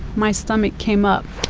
my stomach came up